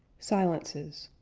silences